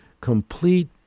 complete